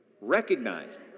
recognized